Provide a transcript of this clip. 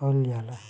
कईल जाला